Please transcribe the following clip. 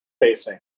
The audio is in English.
Facing